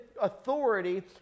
authority